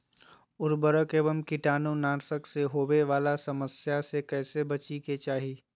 उर्वरक एवं कीटाणु नाशक से होवे वाला समस्या से कैसै बची के चाहि?